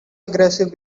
aggressive